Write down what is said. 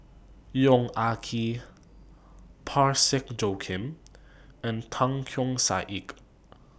Yong Ah Kee Parsick Joaquim and Tan Keong Saik